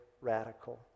Radical